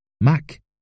Mac